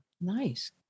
Nice